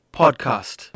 podcast